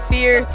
Fear